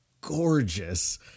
gorgeous